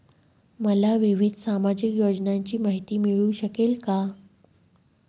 मला विविध सामाजिक योजनांची माहिती मिळू शकेल का?